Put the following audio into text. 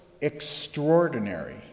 extraordinary